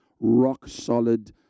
rock-solid